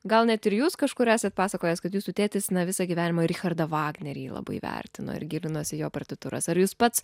gal net ir jūs kažkur esat pasakojęs kad jūsų tėtis visą gyvenimą richardą vagnerį labai vertino ir gilinosi į jo partitūras ar jūs pats